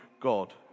God